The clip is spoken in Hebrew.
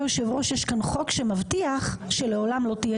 מראש הממשלה לנהל את תפקידו יעביר את חוות דעתו